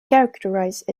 characterize